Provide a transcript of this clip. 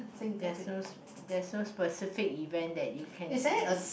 there's those there's those specific event that you can